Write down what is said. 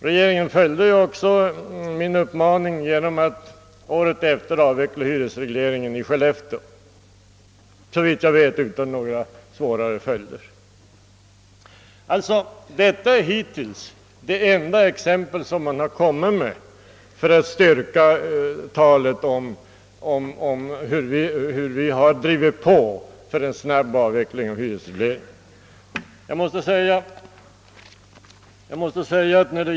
Regeringen följde också min uppmaning genom att året därefter avveckla hyresregleringen i Skellefteå, såvitt jag vet utan några svårare följder. Detta är det hittills enda exempel man kunnat anföra för att styrka talet om hur vi drivit på för en snabb avveckling av hyresregleringen.